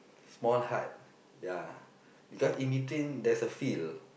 small hut ya because in between there's a field